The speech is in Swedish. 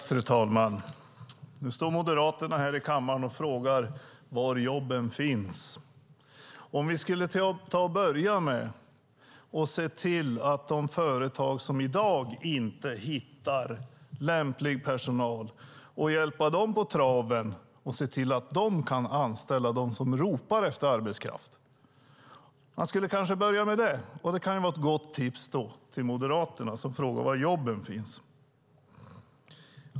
Fru talman! Nu står Moderaterna här i kammaren och frågar var jobben finns. Om vi skulle ta och börja med att hjälpa de företag som i dag inte hittar lämplig personal på traven och se till att de kan anställa? De ropar efter arbetskraft. Man skulle kanske börja med det. Det kan vara ett gott tips till Moderaterna, som frågar var jobben finns.